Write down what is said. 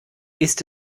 ist